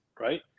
right